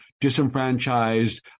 disenfranchised